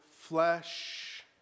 flesh